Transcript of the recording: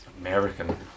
American